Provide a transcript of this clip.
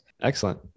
Excellent